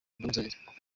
b’inzobere